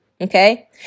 Okay